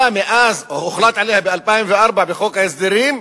מאז הוחלט עליה ב-2004 בחוק ההסדרים,